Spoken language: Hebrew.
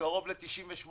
קרוב ל-98%,